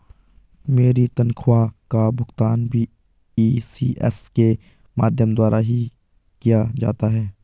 मेरी तनख्वाह का भुगतान भी इ.सी.एस के माध्यम द्वारा ही किया जाता है